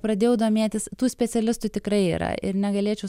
pradėjau domėtis tų specialistų tikrai yra ir negalėčiau